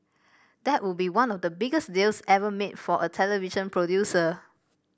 that would be one of the biggest deals ever made for a television producer